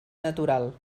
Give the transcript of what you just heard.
natural